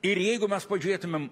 ir jeigu mes pažiūrėtumėm